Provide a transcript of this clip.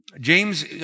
James